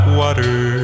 water